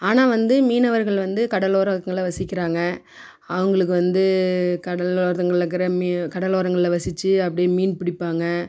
ஆனால் வந்து மீனவர்கள் வந்து கடலோரங்களில் வசிக்கிறாங்க அவங்களுக்கு வந்து கடல் ஓரங்களில் இருக்குற மீ கடலோரங்களில் வசித்து அப்படியே மீன் பிடிப்பாங்க